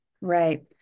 Right